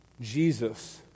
Jesus